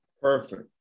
Perfect